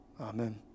Amen